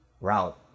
route